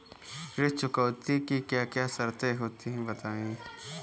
ऋण चुकौती की क्या क्या शर्तें होती हैं बताएँ?